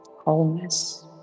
wholeness